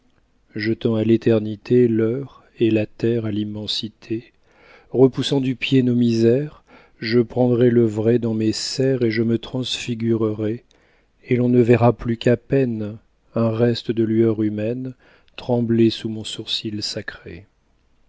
jetant à l'éternité l'heure et la terre à l'immensité repoussant du pied nos misères je prendrai le vrai dans mes serres et je me transfigurerai et l'on ne verra plus qu'à peine un reste de lueur humaine trembler sous mon sourcil sacré